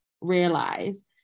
realize